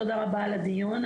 תודה רבה על הדיון,